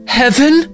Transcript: heaven